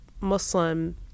Muslim